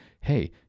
Hey